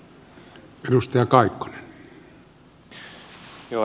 arvoisa puhemies